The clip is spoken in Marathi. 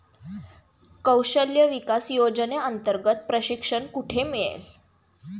कौशल्य विकास योजनेअंतर्गत प्रशिक्षण कुठे मिळेल?